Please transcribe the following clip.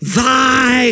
thy